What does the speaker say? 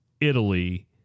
Italy